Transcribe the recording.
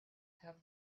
have